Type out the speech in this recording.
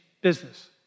business